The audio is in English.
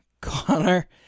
Connor